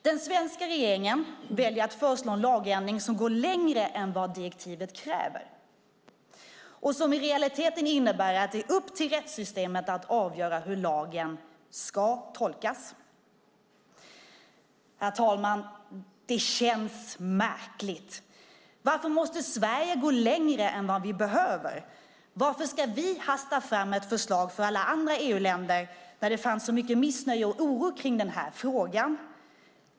Den svenska regeringen väljer att föreslå en lagändring som går längre än vad direktivet kräver och i realiteten innebär att det är upp till rättssystemet att avgöra hur lagen ska tolkas. Herr talman! Det känns märkligt. Varför måste Sverige gå längre än vi behöver? Varför ska vi hasta fram ett förslag för alla andra EU-länder när det fanns så mycket missnöje och oro kring den här frågan?